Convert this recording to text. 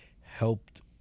Helped